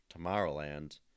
Tomorrowland